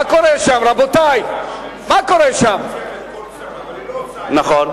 מה קורה שם, רבותי?